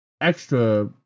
extra